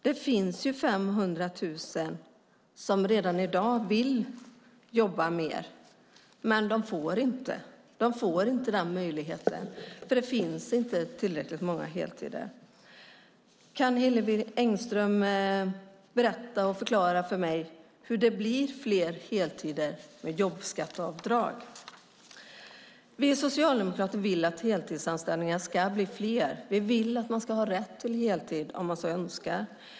Det finns 500 000 som redan i dag vill jobba mer men inte får den möjligheten, för det finns inte tillräckligt många heltider. Kan Hillevi Engström berätta och förklara för mig hur det blir fler heltider med jobbskatteavdraget? Vi socialdemokrater vill att heltidsanställningarna ska bli fler. Vi vill att man ska ha rätt till heltid om man så önskar.